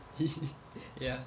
ya